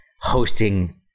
hosting